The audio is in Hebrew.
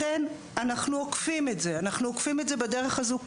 לכן אנחנו עוקפים את זה בדרך הזאת.